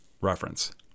reference